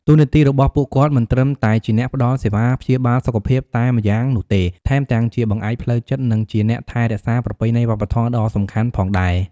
តួនាទីរបស់ពួកគាត់មិនត្រឹមតែជាអ្នកផ្តល់សេវាព្យាបាលសុខភាពតែម្យ៉ាងនោះទេ ថែមទាំងជាបង្អែកផ្លូវចិត្ត និងជាអ្នកថែរក្សាប្រពៃណីវប្បធម៌ដ៏សំខាន់ផងដែរ។